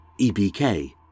EBK